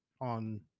on